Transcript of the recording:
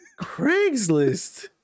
Craigslist